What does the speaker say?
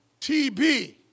TB